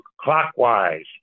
clockwise